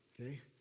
okay